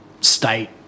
state